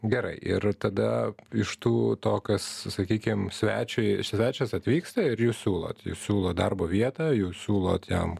gerai ir tada iš tų to kas sakykim svečiui svečias atvyksta ir jūs siūlot siūlot darbo vietą jūs siūlot jam